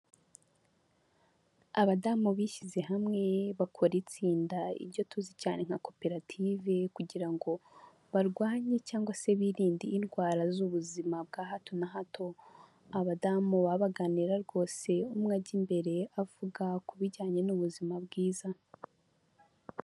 Abadamu bishyize hamwe bakora itsinda ibyo tuzi cyane nka koperative kugira ngo barwanye cyangwa se birinde indwara z'ubuzima bwa hato na hato, abadamu baba baganira rwose umwe ajya imbere avuga ku bijyanye n'ubuzima bwiza.